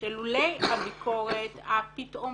שלולא הביקורת הפתאומית,